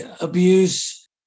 abuse